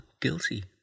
guilty